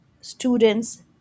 students